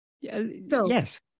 Yes